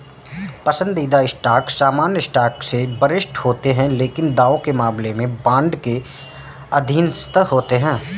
पसंदीदा स्टॉक सामान्य स्टॉक से वरिष्ठ होते हैं लेकिन दावों के मामले में बॉन्ड के अधीनस्थ होते हैं